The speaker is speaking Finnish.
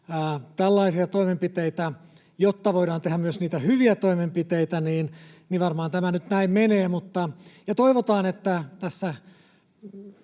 tällaisia toimenpiteitä, jotta voidaan tehdä myös niitä hyviä toimenpiteitä, niin varmaan tämä nyt näin menee. Toivotaan, että tässä